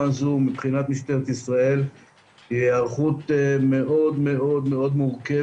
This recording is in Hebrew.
הזו מבחינת משטרת ישראל היא מאוד מורכבת.